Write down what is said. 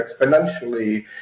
exponentially